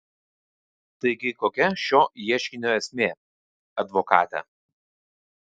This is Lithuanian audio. taigi kokia šio ieškinio esmė advokate